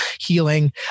healing